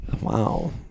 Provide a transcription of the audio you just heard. Wow